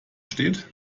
steht